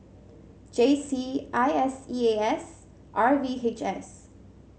J C I S E A S and R V H S